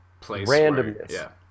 randomness